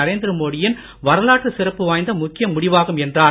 நரேந்திர மோடியின் வரலாறு சிறப்பு வாய்ந்த முக்கிய முடிவாகும் என்றார்